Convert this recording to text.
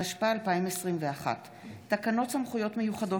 התשפ"א 2021. תקנות סמכויות מיוחדות